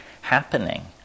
happening